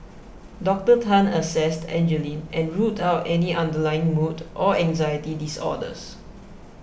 Doctor Tan assessed Angeline and ruled out any underlying mood or anxiety disorders